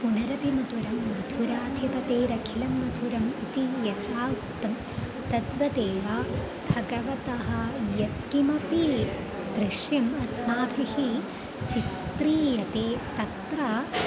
पुनरपि मधुरं मथुराधिपतेरखिलं मधुरम् इति यथा उक्तं तद्वदेव भगवतः यत्किमपि दृश्यम् अस्माभिः चित्र्यते तत्र